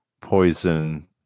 poison